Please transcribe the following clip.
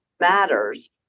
matters